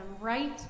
right